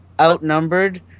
outnumbered